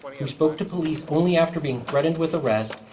who spoke to police only after being threatened with arrest,